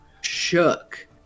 shook